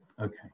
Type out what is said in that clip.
okay